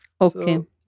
Okay